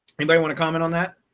anybody want to comment on that?